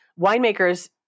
winemakers